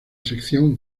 sección